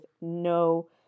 no